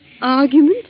Argument